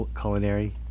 culinary